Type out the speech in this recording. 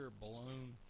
blown